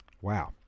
Wow